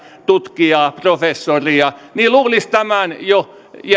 tutkijaa professoria niin luulisi tämän jo